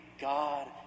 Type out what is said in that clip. God